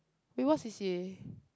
you what C_C_A